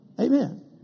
Amen